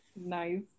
Nice